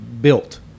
built